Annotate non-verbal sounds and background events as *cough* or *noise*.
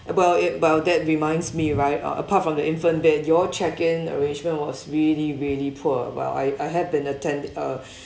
about eh while that reminds me right uh apart from the infant bed your check in arrangement was really really poor while I I had been attend uh *breath*